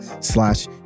slash